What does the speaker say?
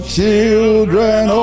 children